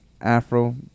afro